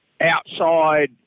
outside